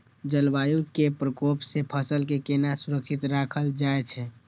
जलवायु के प्रकोप से फसल के केना सुरक्षित राखल जाय छै?